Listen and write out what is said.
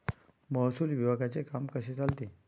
महसूल विभागाचे काम कसे चालते?